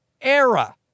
era